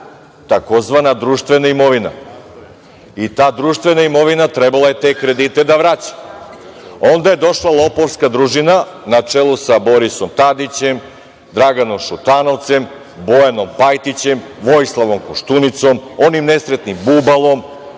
tzv. društvena imovina i ta društvena imovina trebala je te kredite da vraća. Onda je došla lopovska družina na čelu sa Borisom Tadićem, Draganom Šutanovcem, Bojanom Pajtićem, Vojislavom Koštunicom, onim nesretnim Bubalom,